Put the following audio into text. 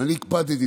ואני הקפדתי.